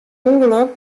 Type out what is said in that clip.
ûngelok